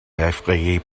effrayés